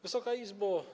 Wysoka Izbo!